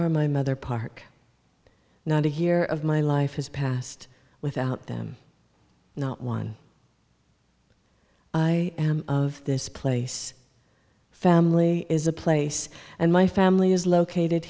are my mother park now to hear of my life has passed without them not one i am of this place family is a place and my family is located